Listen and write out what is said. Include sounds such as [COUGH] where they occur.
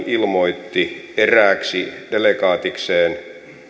[UNINTELLIGIBLE] ilmoitti erääksi delegaatikseen